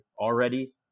already